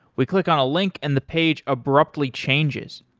we clink on a link and the page abruptly changes.